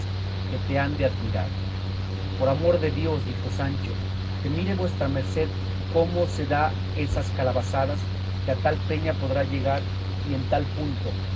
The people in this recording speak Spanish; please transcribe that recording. que te han de admirar por amor de dios dijo sancho que mire vuestra merced cómo se da esas calabazadas que a tal peña podrá llegar y en tal punto